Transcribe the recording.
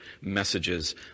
messages